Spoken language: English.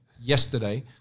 yesterday